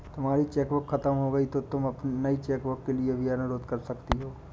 तुम्हारी चेकबुक खत्म हो गई तो तुम नई चेकबुक के लिए भी अनुरोध कर सकती हो